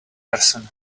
person